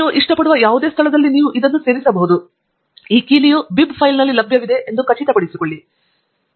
ನೀವು ಇಷ್ಟಪಡುವ ಯಾವುದೇ ಸ್ಥಳದಲ್ಲಿ ನೀವು ಇದನ್ನು ಸೇರಿಸಬಹುದು ಈ ಕೀಲಿಯು bib ಫೈಲ್ನಲ್ಲಿ ಲಭ್ಯವಿದೆ ಎಂದು ಖಚಿತಪಡಿಸಿಕೊಳ್ಳಿ